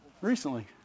Recently